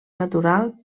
natural